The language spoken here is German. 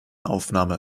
aufnahme